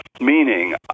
meaning